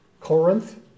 Corinth